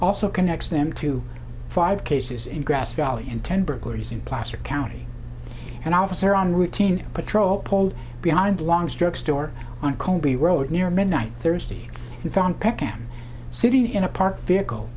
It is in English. also connects them to five cases in grass valley in ten burglaries in placer county and officer on routine patrol pulled behind long's drug store on colby road near midnight thursday and found pet cam sitting in a parked vehicle